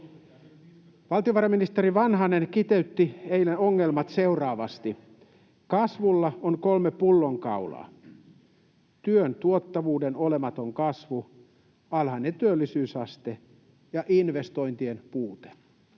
Valtiovarainministeri Vanhanen kiteytti eilen ongelmat seuraavasti: kasvulla on kolme pullonkaulaa eli työn tuottavuuden olematon kasvu, alhainen työllisyysaste ja investointien puute.